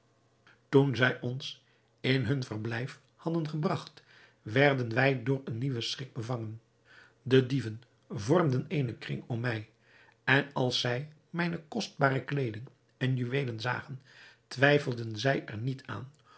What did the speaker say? toen zij ons in hun verblijf hadden gebragt werden wij door een nieuwen schrik bevangen de dieven vormden eenen kring om mij en als zij mijne kostbare kleeding en juweelen zagen twijfelden zij er niet aan